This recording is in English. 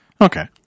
Okay